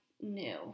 new